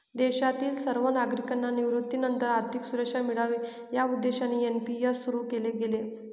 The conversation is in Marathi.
देशातील सर्व नागरिकांना निवृत्तीनंतर आर्थिक सुरक्षा मिळावी या उद्देशाने एन.पी.एस सुरु केले गेले